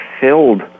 filled